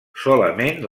solament